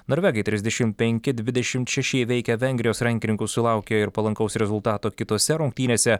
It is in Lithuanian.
norvegai trisdešim penki dvidešim šeši įveikę vengrijos rankininkus sulaukė ir palankaus rezultato kitose rungtynėse